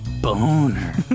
Boner